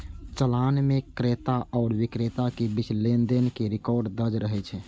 चालान मे क्रेता आ बिक्रेता के बीच लेनदेन के रिकॉर्ड दर्ज रहै छै